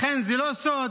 לכן זה לא סוד